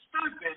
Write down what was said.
stupid